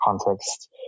context